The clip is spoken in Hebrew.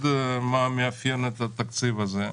מה שעוד מאפיין את התקציב הזה,